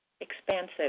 expansive